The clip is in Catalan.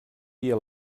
dia